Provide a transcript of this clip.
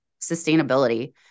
sustainability